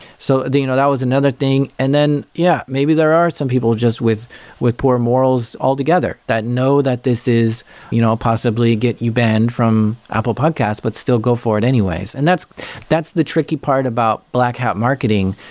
so you know that was another thing. and then, yeah, maybe there are some people just with with poor morals altogether that know that this is you know possibly get you banned from apple podcasts but still go for it anyways, and that's that's the tricky part about black hat marketing,